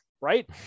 Right